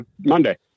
Monday